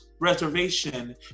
reservation